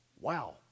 Wow